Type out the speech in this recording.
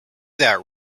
that